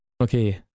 Okay